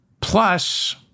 Plus